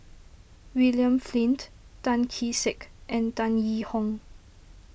William Flint Tan Kee Sek and Tan Yee Hong